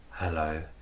Hello